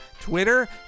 Twitter